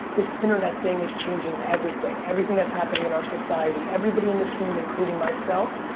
this internet thing is changing everything. everything that's happening in our society, everybody in this room, including myself,